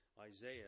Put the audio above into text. Isaiah